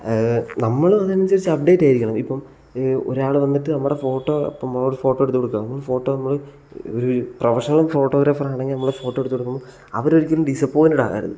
നമ്മളും അതനുസരിച്ച് അപ്ഡേറ്റ് ആയിരിക്കണം ഇപ്പം ഒരാൾ വന്നിട്ട് നമ്മുടെ ഫോട്ടോ ഇപ്പം ഒരു ഫോട്ടോ എടുത്തു കൊടുക്കാമോ ഒരു ഫോട്ടോ നമ്മൾ ഒരു പ്രൊഫഷണൽ ഫോട്ടോഗ്രാഫർ ആണെങ്കിൽ നമ്മൾ ഫോട്ടോ എടുത്തു കൊടുക്കുമ്പോൾ അവർ ഒരിക്കലും ഡിസപ്പോയിൻറ്റഡ് ആകരുത്